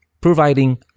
providing